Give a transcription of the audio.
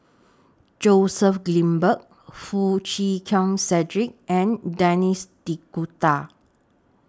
Joseph Grimberg Foo Chee Keng Cedric and Denis D'Cotta